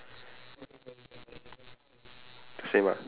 smaller circle but the smallest circle has